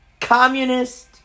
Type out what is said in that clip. communist